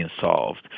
solved